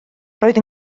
roedd